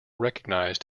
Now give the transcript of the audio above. recognized